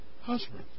Husband